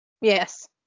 Yes